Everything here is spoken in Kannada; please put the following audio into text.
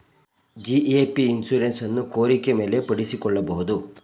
ಜಿ.ಎ.ಪಿ ಇನ್ಶುರೆನ್ಸ್ ಅನ್ನು ಕೋರಿಕೆ ಮೇಲೆ ಪಡಿಸಿಕೊಳ್ಳಬಹುದು